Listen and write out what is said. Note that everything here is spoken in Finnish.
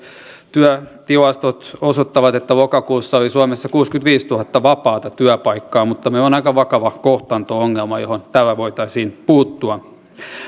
työtilastot osoittavat että lokakuussa oli suomessa kuusikymmentäviisituhatta vapaata työpaikkaa mutta meillä on aika vakava kohtaanto ongelma johon tällä voitaisiin puuttua